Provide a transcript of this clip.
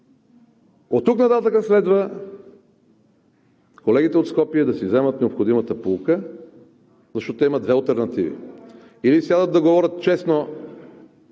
Оттук нататък следва колегите от Скопие да си вземат необходимата поука, защото имат две алтернативи: или сядат да говорят честно